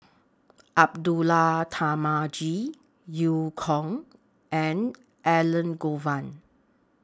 Abdullah Tarmugi EU Kong and Elangovan